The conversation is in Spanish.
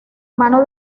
mano